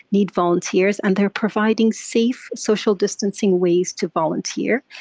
need volunteers. and they're providing safe social distancing ways to volunteer.